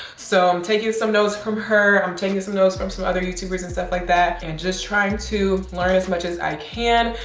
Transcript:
so i'm taking some notes from her. i'm taking some notes from some other youtubers and stuff like that and just trying to learn as much as i can.